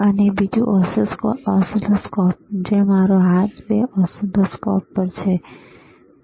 અને બીજું ઓસિલોસ્કોપ છે જ્યાં મારો હાથ 2 ઓસિલોસ્કોપ પર છે બરાબર